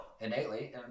innately